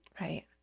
Right